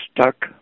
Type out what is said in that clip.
stuck